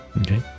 Okay